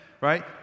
right